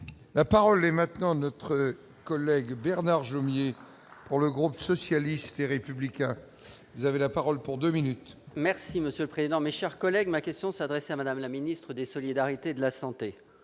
La parole est maintenant notre collègue Bernard Jomier pour le groupe socialiste et républicain, vous avez la parole pour 2 minutes. Merci monsieur le président, mes chers collègues, ma question s'adresse à Madame la ministre des solidarités, de la santé